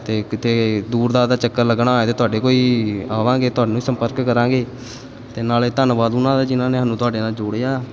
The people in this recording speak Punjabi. ਅਤੇ ਕਿਤੇ ਦੂਰ ਦਾਰ ਦਾ ਚੱਕਰ ਲੱਗਣਾ ਹੋਏ ਤਾਂ ਤੁਹਾਡੇ ਕੋਲ ਹੀ ਆਵਾਂਗੇ ਤੁਹਾਨੂੰ ਹੀ ਸੰਪਰਕ ਕਰਾਂਗੇ ਅਤੇ ਨਾਲੇ ਧੰਨਵਾਦ ਉਹਨਾਂ ਦਾ ਜਿਨ੍ਹਾਂ ਨੇ ਸਾਨੂੰ ਤੁਹਾਡੇ ਨਾਲ ਜੋੜਿਆ